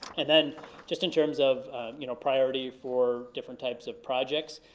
and then just in terms of you know priority for different types of projects,